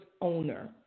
owner